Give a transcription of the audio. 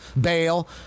bail